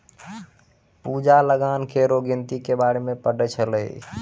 पूजा लगान केरो गिनती के बारे मे पढ़ै छलै